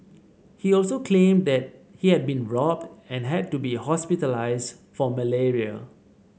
he also claimed that he had been robbed and had to be hospitalised for malaria